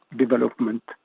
development